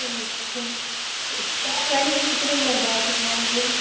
अच्छा तो पॉलिस कितने में लग जाएगी हमारे लिए